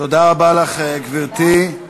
תודה רבה לך, גברתי.